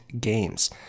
games